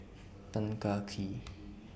Tan Kah Kee